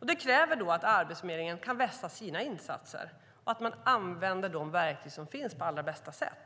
Då krävs det att Arbetsförmedlingen kan vässa sina insatser och att man använder de verktyg som finns på allra bästa sätt.